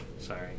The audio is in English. Sorry